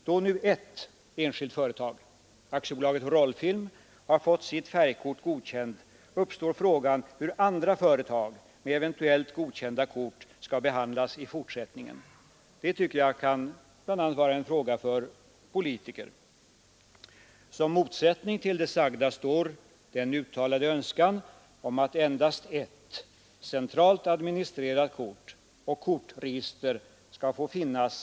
Då nu ett enskilt företag, Aktiebolaget Rollfilm, har fått sitt färgkort godkänt, uppstår frågan hur andra företag med eventuellt godkända kort skall behandlas i fortsättningen. Det tycker jag kan bl.a. vara en fråga för politiker. Som motsättning till det sagda står den uttalade önskan om att endast ett centralt administrerat kort och kortregister skall få finnas.